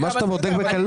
זה משהו שאתה בודק בקלות.